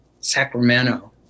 Sacramento